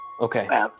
Okay